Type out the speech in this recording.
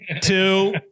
two